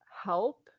help